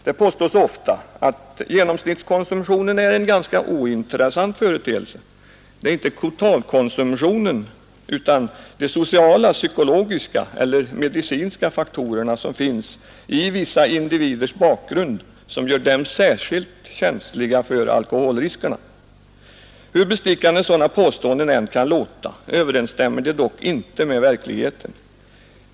Det påstås ofta att genomsnittskonsumtionen är en ganska ointressant företeelse; det är inte totalkonsumtionen, utan de sociala, psykologiska eller medicinska faktorerna som finns i vissa individers bakgrund som gör dem särskilt känsliga för alkoholriskerna. Hur bestickande sådana påståenden än kan låta, överensstämmer de dock icke med verkligheten.